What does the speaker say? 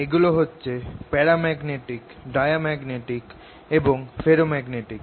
এগুলো হচ্ছে paramagnetic diamagnetic এবং ফেরোম্যাগনেটিক